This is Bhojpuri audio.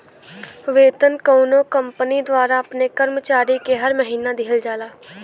वेतन कउनो कंपनी द्वारा अपने कर्मचारी के हर महीना दिहल जाला